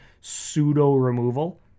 pseudo-removal